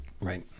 Right